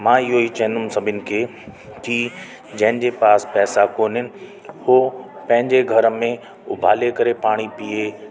मां इहेई चवंदुमि सभिनि खे की जंहिंजे पास पैसा कोन्हे हो पंहिंजे घर में उबाले करे पाणी पीअण